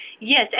yes